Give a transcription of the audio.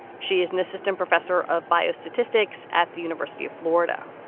she is an assistant professor of bio statistics at the university of florida.